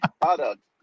product